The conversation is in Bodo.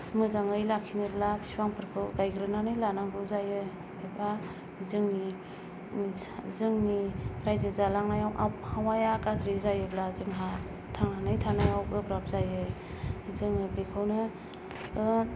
मोजाङै लाखिनोब्ला फिफांफोरखौ गायग्रोनानै लानांगौ जायो एबा जोंनि जोंनि राइजो जालांनायाव आबहावाया गाज्रि जायोब्ला जोंहा थांनानै थानायाव गोब्राब जायो जोङो बेखौनो